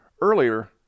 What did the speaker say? earlier –